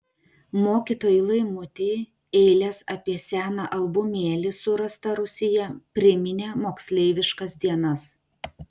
mokytojai laimutei eilės apie seną albumėlį surastą rūsyje priminė moksleiviškas dienas